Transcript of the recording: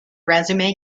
resume